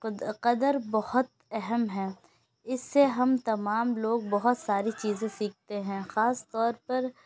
قد قدر بہت اہم ہیں اس سے ہم تمام لوگ بہت ساری چیزیں سیکھتے ہیں خاص طور پر